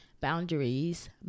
boundaries